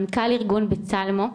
מנכ"ל ארגון בצלמו,